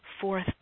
fourth